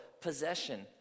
possession